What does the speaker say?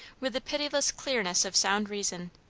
with the pitiless clearness of sound reason,